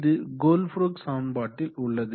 இது கோல்ப்ரூக் சமன்பாட்டில் உள்ளது